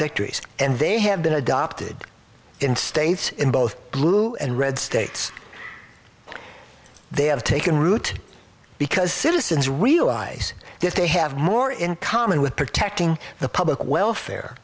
victories and they have been adopted in states in both blue and red states they have taken root because citizens realize that they have more in common with protecting the public welfare